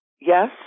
yes